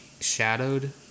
shadowed